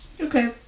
Okay